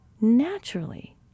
naturally